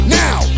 now